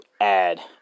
add